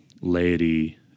Laity